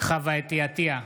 חוה אתי עטייה,